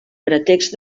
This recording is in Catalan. pretext